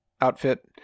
outfit